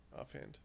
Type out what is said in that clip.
offhand